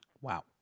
Wow